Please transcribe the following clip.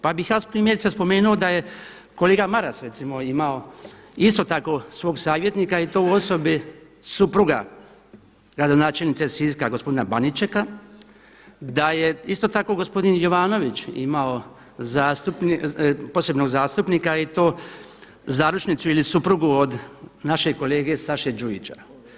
Pa bih ja primjerice spomenuo da je kolega Maras recimo imao isto tako svog savjetnika i to u osobi supruga gradonačelnice Siska gospodina Baničeka, da je isto tako gospodin Jovanović imao posebno zastupnika i to zaručnicu ili suprugu od našeg kolege Saše Đujića.